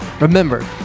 Remember